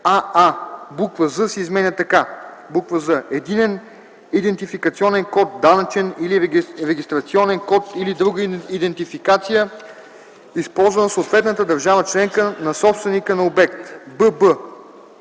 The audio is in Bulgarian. аа) буква „з” се изменя така: „з) единен идентификационен код, данъчен или регистрационен код или друга идентификация, използвана в съответната държава членка на собственика на обекта;”;